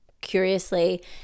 curiously